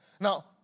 Now